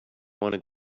wanted